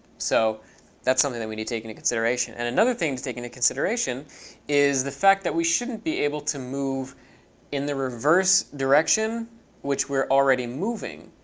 so that's something that we need to take into consideration. and another thing to take into consideration is the fact that we shouldn't be able to move in the reverse direction which we're already moving.